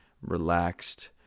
relaxed